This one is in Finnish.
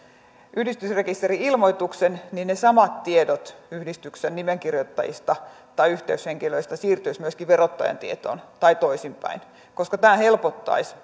yhdistysrekisteri ilmoituksen niin ne samat tiedot yhdistyksen nimenkirjoittajista tai yhteyshenkilöistä siirtyisivät myöskin verottajan tietoon tai toisinpäin koska tämä helpottaisi